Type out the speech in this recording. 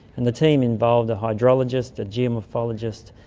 and the team involved a hydrologist, a geomorphologist,